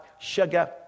sugar